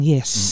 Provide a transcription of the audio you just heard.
Yes